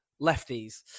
lefties